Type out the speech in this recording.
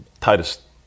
Titus